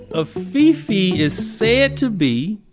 ah fefe fefe is said to be.